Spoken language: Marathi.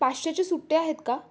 पाचशेचे सुटे आहेत का